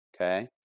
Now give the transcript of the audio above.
okay